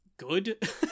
good